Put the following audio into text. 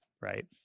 right